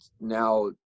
Now